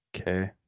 okay